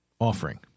offering